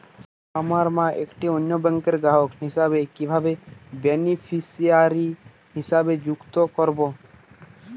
আমার মা একটি অন্য ব্যাংকের গ্রাহক হিসেবে কীভাবে বেনিফিসিয়ারি হিসেবে সংযুক্ত করব?